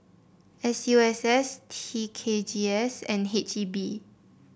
S U S S T K G S and H E B